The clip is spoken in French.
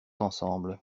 ensemble